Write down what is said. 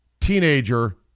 Teenager